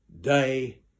day